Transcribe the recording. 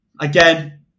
again